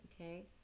okay